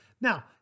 Now